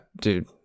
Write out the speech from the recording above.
dude